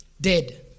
Dead